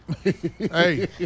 Hey